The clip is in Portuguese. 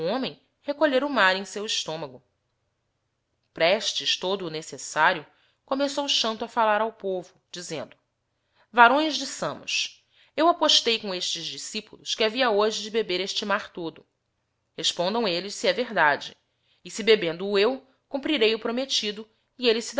homem recolher o mar em seu estômago prestes todo o necessário começou xanto a fallar ao povo dizendo varões de samos eu apostei com estes discípulos que havia hoje de beber este mar todo respondão elles se he verdade e se bebendo o eu cumprirei o promettido e elles